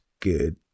good